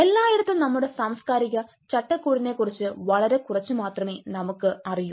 എല്ലായിടത്തും നമ്മുടെ സാംസ്കാരിക ചട്ടക്കൂടിനെക്കുറിച്ച് വളരെ കുറച്ച് മാത്രമേ നമുക്ക് അറിയാവൂ